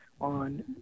on